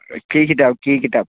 কি কিতাপ কি কিতাপ